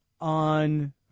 on